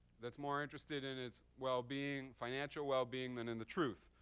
that's more interested in its well-being, financial well-being, than in the truth.